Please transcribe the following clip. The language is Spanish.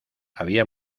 había